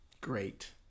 great